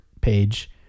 page